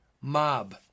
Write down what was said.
mob